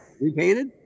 Repainted